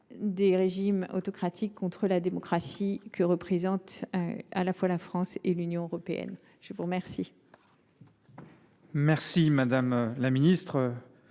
des régimes autocratiques contre la démocratie qu’incarnent à la fois la France et l’Union européenne. Pour conclure